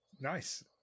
Nice